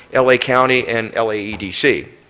l a. county, and l a. edc,